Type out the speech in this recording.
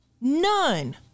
none